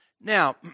Now